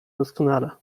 doskonale